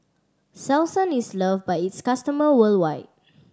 Selsun is love by its customer worldwide